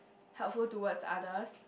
helpful towards others